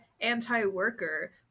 anti-worker